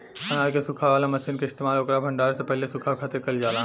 अनाज के सुखावे वाला मशीन के इस्तेमाल ओकर भण्डारण से पहिले सुखावे खातिर कईल जाला